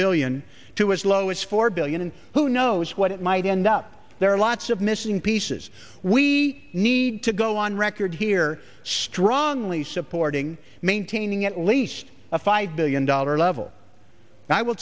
billion to as low as four billion and who knows what it might end up there are lots of missing pieces we we need to go on record here strongly supporting maintaining at least a five billion dollar level and i will